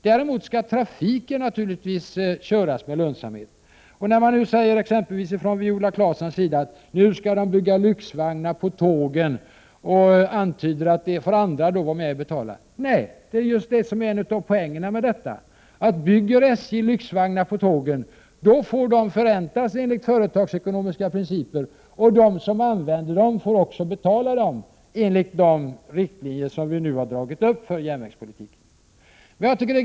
Däremot skall trafiken naturligtvis vara lönsam. Viola Claesson säger exempelvis att lyxvagnar nu skall finnas på tågen och antyder att andra får vara med och betala detta. Nej, det är just det som är en av poängerna. Bygger SJ lyxvagnar, får de förräntas enligt företagsekonomiska principer, och de som använder dem får också betala för dem, enligt de riktlinjer som vi nu har dragit upp för järnvägspolitiken.